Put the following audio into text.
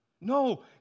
No